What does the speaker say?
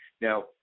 Now